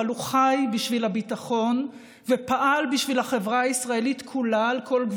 הוא חי בשביל הביטחון ופעל בשביל החברה הישראלית כולה,